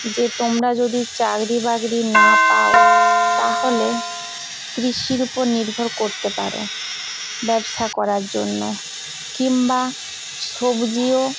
যে তোমরা যদি চাকরি বাকরি না পাও তাহলে কৃষির উপর নির্ভর করতে পারো ব্যবসা করার জন্য কিম্বা সবজিও